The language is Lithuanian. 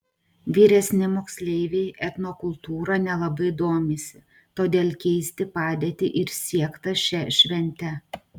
vyresni moksleiviai etnokultūra nelabai domisi todėl keisti padėtį ir siekta šia švente